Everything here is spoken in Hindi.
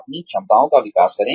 अपनी क्षमताओं का विकास करें